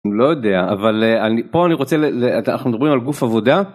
לא יודע אבל אני פה אני רוצה אנחנו מדברים על גוף עבודה.